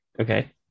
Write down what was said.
Okay